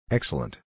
Excellent